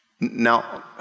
Now